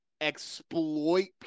exploit